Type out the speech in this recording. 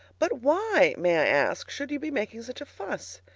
but why, may i ask, should you be making such a fuss?